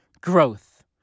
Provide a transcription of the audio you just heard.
growth